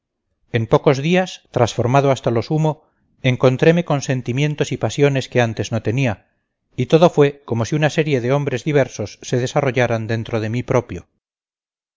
en pocos días trasformado hasta lo sumo encontreme con sentimientos y pasiones que antes no tenía y todo fue como si una serie de hombres diversos se desarrollaran dentro de mí propio